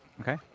Okay